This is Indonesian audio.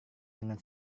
dengan